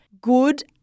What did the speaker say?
good